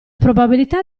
probabilità